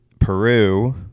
Peru